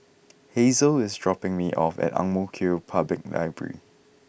Hazel is dropping me off at Ang Mo Kio Public Library